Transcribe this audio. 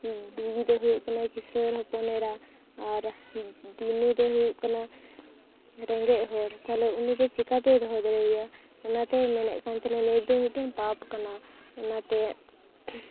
ᱫᱩᱜᱤ ᱫᱚᱭ ᱦᱩᱭᱩᱜ ᱠᱟᱱᱟ ᱠᱤᱥᱟᱹᱬ ᱦᱚᱯᱚᱱ ᱮᱨᱟ ᱟᱨ ᱫᱤᱱᱩ ᱫᱚᱭ ᱦᱩᱭᱜ ᱠᱟᱱᱟ ᱨᱮᱸᱜᱮᱡ ᱦᱚᱲ ᱛᱟᱦᱚᱞᱮ ᱩᱱᱤ ᱫᱚ ᱪᱮᱠᱟᱛᱮᱭ ᱫᱚᱦᱚ ᱫᱟᱲᱮ ᱟᱭᱟ ᱚᱱᱟ ᱛᱮᱭ ᱢᱮᱱᱮᱫ ᱠᱟᱱ ᱛᱟᱦᱮᱱᱟ ᱱᱤᱭᱟ ᱫᱚ ᱢᱤᱫᱴᱮᱱ ᱯᱟᱯ ᱠᱟᱱᱟ ᱚᱱᱟ ᱛᱮ